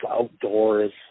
outdoors